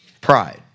pride